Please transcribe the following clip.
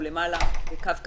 הוא למעלה בקו קטן,